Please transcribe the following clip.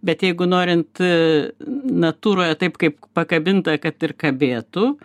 bet jeigu norint natūroje taip kaip pakabinta kad ir kabėtų